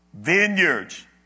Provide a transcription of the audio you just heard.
Vineyards